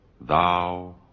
thou